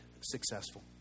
successful